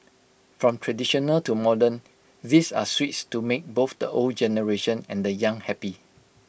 from traditional to modern these are sweets to make both the old generation and the young happy